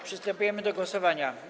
Przystępujemy do głosowania.